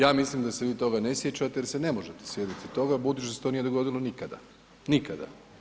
Ja mislim da se vi to ga ne sjećate jer se ne možete sjetiti toga budući da se to nije dogodilo nikada, nikada.